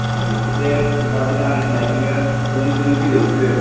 माने नोंसोरहाय बे माबाजोंनो आं होन्नायजोंनो सोंयै सोंयै फैदो नोंसोरो